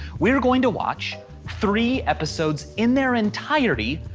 we are going to watch three episodes in their entirety,